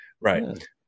Right